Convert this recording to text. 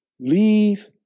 leave